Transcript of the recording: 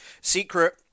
Secret